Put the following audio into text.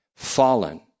Fallen